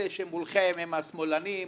אלה שמולכם הם השמאלנים,